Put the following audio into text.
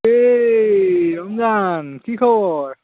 এই ৰমজান কি খবৰ